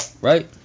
Right